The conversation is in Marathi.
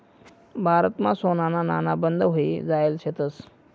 भारतमा सोनाना नाणा बंद व्हयी जायेल शेतंस